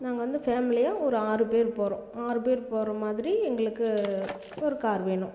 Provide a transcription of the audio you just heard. நாங்கள் வந்து ஃபேமிலியாக ஒரு ஆறு பேர் போகிறோம் ஆறு பேர் போகிறமாதிரி எங்களுக்கு ஒரு கார் வேணும்